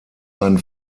einen